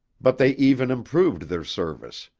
but they even improved their service,